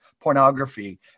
pornography